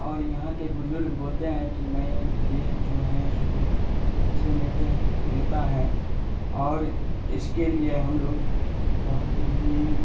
और यहाँ के बुज़ुर्ग बोलते हैं कि नहीं ये जो है सुबोध अच्छे नेते नेता हैं और इसके लिए हम लोग बहुत ही